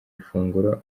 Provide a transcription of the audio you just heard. ifunguro